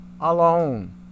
alone